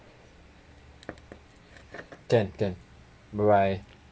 can can bye bye